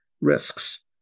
risks